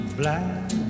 black